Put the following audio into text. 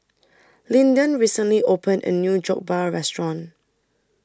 Lyndon recently opened A New Jokbal Restaurant